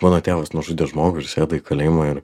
mano tėvas nužudė žmogų ir sėdo į kalėjimą ir